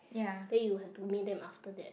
then you have to bring them after that